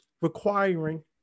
requiring